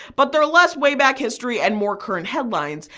but they're less way back history and more current headlines,